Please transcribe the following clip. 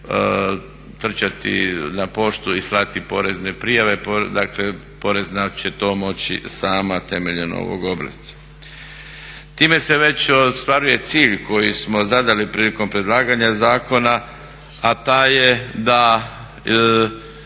trčati na poštu i slati porezne prijave. Dakle, porezna će to moći sama temeljem ovog obrasca. Time se već ostvaruje cilj koji smo zadali prilikom predlaganja zakona, a taj je da